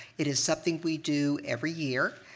it is something we do every year,